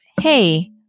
hey